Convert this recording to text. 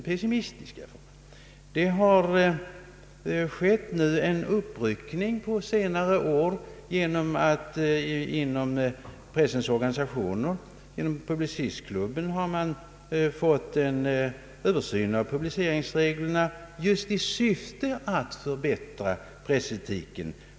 På senare år har skett en uppryckning genom att man inom pressens organisationer, t.ex. Publicistklubben, gjort en översyn av publiceringsreglerna just i syfte att förbättra pressetiken.